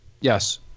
Yes